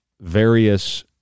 various